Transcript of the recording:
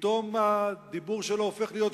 פתאום הדיבור שלו הופך להיות כבד,